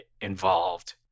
involved